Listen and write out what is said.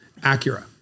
Acura